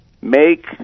make